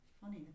funny